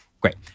Great